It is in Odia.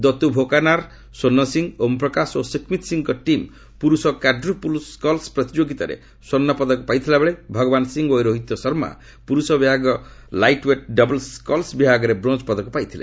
ଦତୁଭୋକାନାର ସ୍ୱର୍ଷ୍ଣ ସିଂ ଓମ୍ପ୍ରକାଶ ଓ ସୁଖମିତ ସିଂଙ୍କ ଟିମ୍ ପୁରୁଷ କ୍ୱାଡ୍ରପୁଲ ସ୍କଲ୍ସ ପ୍ରତିଯୋଗିତାରେ ସ୍ୱର୍ଷପଦକ ପାଇଥିବାବେଳେ ଭଗବାନ ସିଂ ଓ ରୋହିତ ଶର୍ମା ପୁରୁଷ ବିଭାଗ ଲାଇଟ୍ଓ୍ବେଟ୍ ଡବ୍ଲ୍ସ ସ୍କଲ୍ସ ବିଭାଗରେ ବ୍ରୋଞ୍ଜ ପଦକ ପାଇଥିଲେ